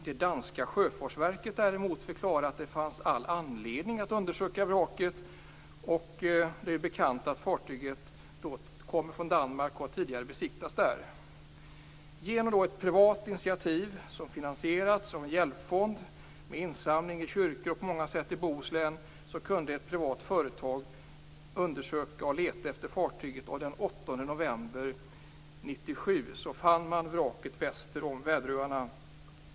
Det danska sjöfartsverket förklarade däremot att det fanns all anledning att undersöka vraket. Som bekant kom fartyget från Danmark och hade tidigare besiktats där. Genom ett privat initiativ som finansierats av en hjälpfond, med insamling i kyrkor i Bohuslän m.m. kunde ett privat företag fortsätta att leta efter fartyget, och den 8 november 1997 fann man vraket väster om Väderöarna.